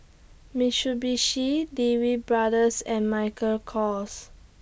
Mitsubishi Lee Wee Brothers and Michael Kors